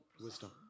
Wisdom